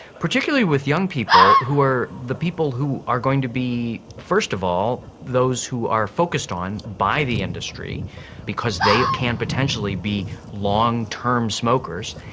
particularly with young people who are the people who are going to be first of all those who are focused on by the industry because they can potentially be long-term smokers,